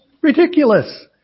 Ridiculous